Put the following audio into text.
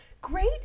Great